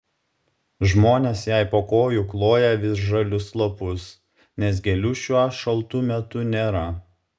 žmonės jai po kojų kloja visžalius lapus nes gėlių šiuo šaltu metu nėra